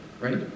right